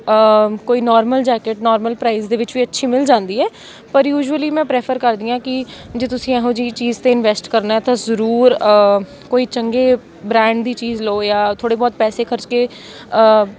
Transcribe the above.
ਕੋਈ normal jacket normal price ਦੇ ਵਿੱਚ ਵੀ ਅੱਛੀ ਮਿਲ ਜਾਂਦੀ ਹੈ ਪਰ ਯੂਜੂਅਲੀ ਮੈਂ ਪ੍ਰੈਫਰ ਕਰਦੀ ਹਾਂ ਕਿ ਜੇ ਤੁਸੀਂ ਇਹੋ ਜਿਹੀ ਚੀਜ਼ 'ਤੇ ਇਨਵੈਸਟ ਕਰਨਾ ਤਾਂ ਜ਼ਰੂਰ ਕੋਈ ਚੰਗੇ ਬ੍ਰਾਂਡ ਦੀ ਚੀਜ਼ ਲਉ ਜਾਂ ਥੋੜ੍ਹੇ ਬਹੁਤ ਪੈਸੇ ਖਰਚ ਕੇ